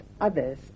others